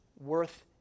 worth